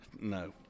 no